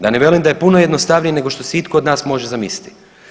Da ne velim da je puno jednostavnije nego što si itko od nas može zamisliti.